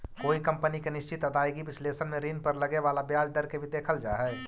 कोई कंपनी के निश्चित आदाएगी विश्लेषण में ऋण पर लगे वाला ब्याज दर के भी देखल जा हई